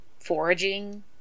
foraging